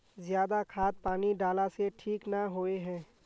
ज्यादा खाद पानी डाला से ठीक ना होए है?